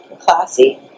Classy